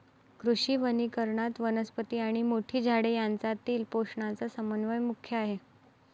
कृषी वनीकरणात, वनस्पती आणि मोठी झाडे यांच्यातील पोषणाचा समन्वय मुख्य आहे